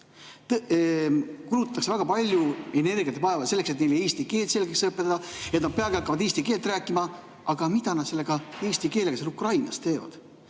Kulutatakse väga palju energiat ja vaeva selleks, et neile eesti keelt selgeks õpetada, et nad peagi hakkaksid eesti keelt rääkima. Aga mida nad selle eesti keelega seal Ukrainas teevad?